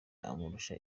amurusha